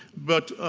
but